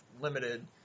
limited